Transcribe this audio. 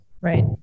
Right